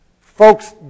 Folks